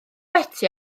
beti